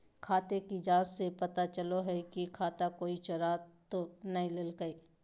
खाते की जाँच से पता चलो हइ की खाता कोई चोरा तो नय लेलकय